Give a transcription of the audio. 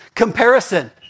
Comparison